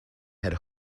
had